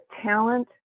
talent